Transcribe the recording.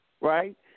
right